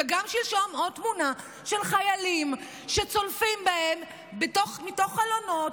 וגם שלשום עוד תמונה של חיילים שצולפים בהם מתוך חלונות,